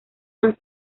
han